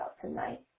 tonight